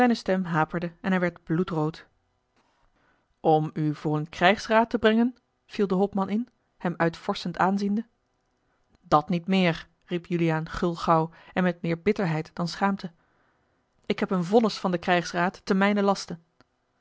stem haperde en hij werd bloedrood om u voor den krijgsraad te brengen viel de hopman in hem uitvorschend aanziende dat niet meer riep juliaan gulgauw en met meer bitterheid dan schaamte ik heb een vonnis van den krijgsraad te mijnen laste